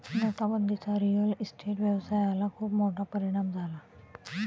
नोटाबंदीचा real estate व्यवसायाला खूप मोठा परिणाम झाला